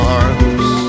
arms